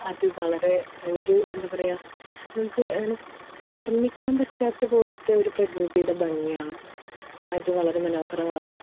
അത് വളരെ ഒരു എന്താ പറയുക നമുക്ക് അങ്ങനെ വർണ്ണിക്കാൻ പറ്റാത്ത പോലത്തെ ഒരു പ്രകൃതിയുടെ ഭംഗിയാണ് അത് വളരെ മനോഹരമാണ്